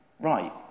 right